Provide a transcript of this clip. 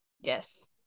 yes